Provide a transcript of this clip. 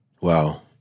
Wow